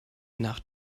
nach